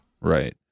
Right